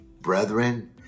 Brethren